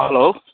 hello